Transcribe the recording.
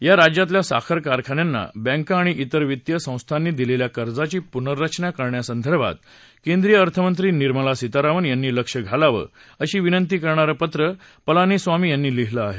या राज्यातल्या साखर कारखान्यांना बँका आणि त्रिर वित्तीय संस्थांनी दिलेल्या कर्जाची पुनर्रचना करण्यासंदर्भात केंद्रीय अर्थमंत्री निर्मला सीतारामन यांनी लक्ष घालावं अशी विनंती करणारं पत्र पलानीस्वामी यांनी लिहिलं आहे